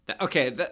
Okay